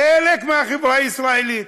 חלק מהחברה הישראלית?